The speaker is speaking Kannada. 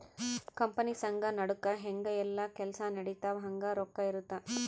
ಕಂಪನಿ ಸಂಘ ನಡುಕ ಹೆಂಗ ಯೆಲ್ಲ ಕೆಲ್ಸ ನಡಿತವ ಹಂಗ ರೊಕ್ಕ ಇರುತ್ತ